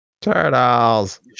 turtles